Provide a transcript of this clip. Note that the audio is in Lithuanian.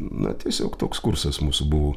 na tiesiog toks kursas mūsų buvo